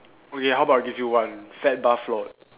okay how about I give you one fat bathrobe